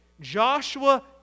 Joshua